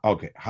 Okay